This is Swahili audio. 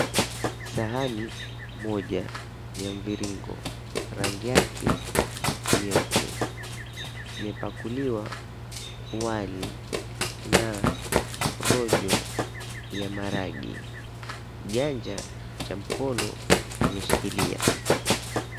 Sahani moja ya mviringo, rangi yake, nyeupe. Imepakuliwa wali na rojo ya maharage. Kiganja cha mkono kimeshikilia.